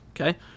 okay